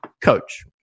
Coach